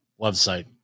Website